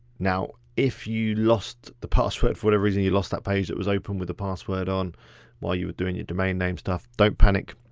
now, if you lost the password, for whatever reason you lost that page that was open with the password on while you were doing your domain name stuff, don't panic.